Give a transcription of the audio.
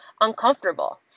uncomfortable